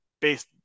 based